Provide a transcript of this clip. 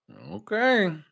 Okay